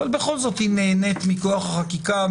אבל בכל זאת היא נהנית מכוח החקיקה,